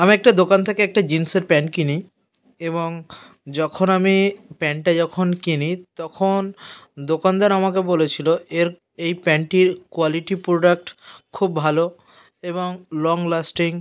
আমি একটা দোকান থেকে একটা জিন্সের প্যান্ট কিনি এবং যখন আমি প্যান্টটা যখন কিনি তখন দোকানদার আমাকে বলেছিলো এর এই প্যান্টটির কোয়ালিটি প্রোডাক্ট খুব ভালো এবং লং লাস্টিং